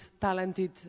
talented